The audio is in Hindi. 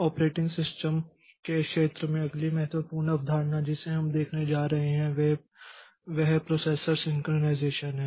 ऑपरेटिंग सिस्टम के क्षेत्र में अगली महत्वपूर्ण अवधारणा जिसे हम देखने जा रहे हैं वह प्रोसेस सिंक्रोनाइज़ेशन है